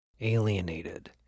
alienated